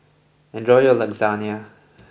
enjoy your Lasagne